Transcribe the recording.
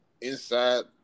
inside